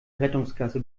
rettungsgasse